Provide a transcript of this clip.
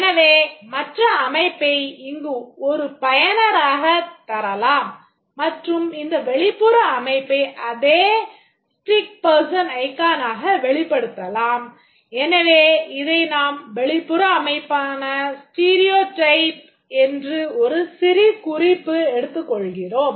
எனவே மற்ற அமைப்பை இங்கே ஒரு பயனராகத் வெளிப்படுத்தலாம் எனவே இதை நாம் வெளிப்புற அமைப்பான ஸ்டீரியோடைப் என்று ஒரு சிறு குறிப்பு எடுத்துக் கொள்கிறோம்